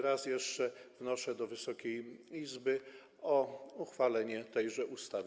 Raz jeszcze wnoszę do Wysokiej Izby o uchwalenie tej ustawy.